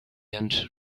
and